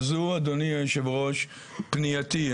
אז זו, אדוני יושב הראש, פנייתי.